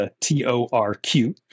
T-O-R-Q